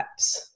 apps